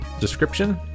description